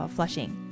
Flushing 。